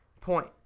point